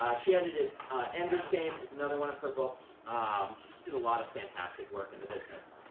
ah she edited ender's game, is another one of her books. um she just did a lot of fantastic work in the business.